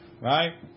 Right